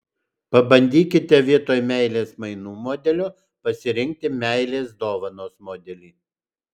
pabandykite vietoj meilės mainų modelio pasirinkti meilės dovanos modelį